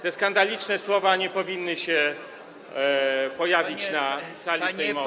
Te skandaliczne słowa nie powinny się pojawić na sali sejmowej.